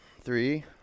three